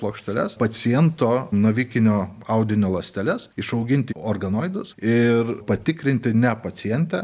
plokšteles paciento navikinio audinio ląsteles išauginti organoidus ir patikrinti ne pacientę